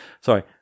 sorry